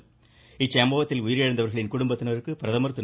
இதனிடையே இச்சம்பவத்தில் உயிரிழந்தவர்களின் குடும்பத்தினருக்கு பிரதமர் திரு